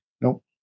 nope